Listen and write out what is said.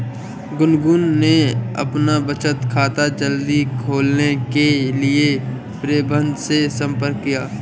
गुनगुन ने अपना बचत खाता जल्दी खोलने के लिए प्रबंधक से संपर्क किया